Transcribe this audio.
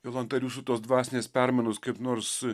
jolanta ar jūsų tos dvasinės permainos kaip nors